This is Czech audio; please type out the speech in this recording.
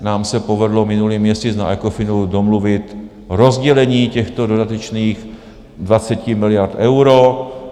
Nám se povedlo minulý měsíc na ECOFINu domluvit rozdělení těchto dodatečných 20 miliard euro.